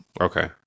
Okay